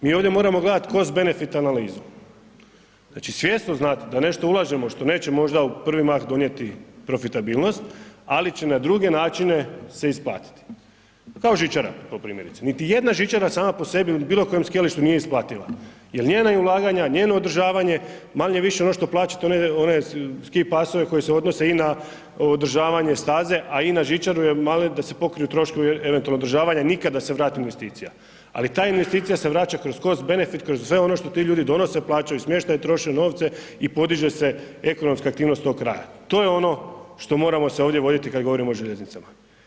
Mi ovdje moramo gledat cost-benefit analizu, znači, svjesno znat da u nešto ulažemo što neće možda u prvi mah donijeti profitabilnost, ali će na druge načine se isplatiti, kao žičara po primjerice, niti jedna žičara sama po sebi, niti u bilo kojem skijalištu nije isplativa, jel njena ulaganja, njeno održavanje, manje-više ono što plaćate one ski pasove koji se odnose i na održavanje staze, a i na žičaru je mali da se pokriju troškovi eventualno održavanja, nikad da se vrati investicija, ali ta investicija se vraća kroz cost-benefit, kroz sve ono što ti ljudi donose, plaćaju smještaj, troše novce i podiže se ekonomska aktivnost tog kraja, to je ono što moramo se ovdje voditi kad govorimo o željeznicama.